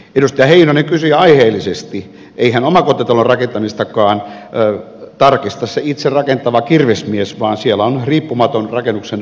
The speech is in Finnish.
edustaja heinonen kysyi aiheellisesti eihän omakotitalon rakentamistakaan tarkista se itse rakentava kirvesmies vaan siellä on riippumaton rakennuksenvalvoja